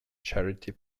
charity